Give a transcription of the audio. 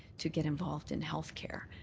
to get involved in health care.